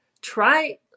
try